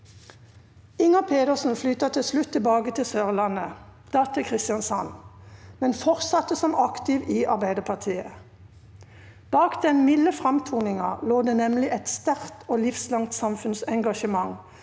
Inger Pedersen flyttet til slutt tilbake til Sørlandet, da til Kristiansand, men fortsatte som aktiv i Arbeiderpartiet. Bak den milde framtoningen lå det nemlig et sterkt og livslangt samfunnsengasjement,